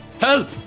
Help